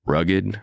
Rugged